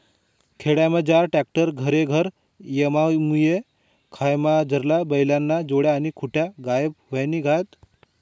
खेडामझार ट्रॅक्टर घरेघर येवामुये खयामझारला बैलेस्न्या जोड्या आणि खुटा गायब व्हयी गयात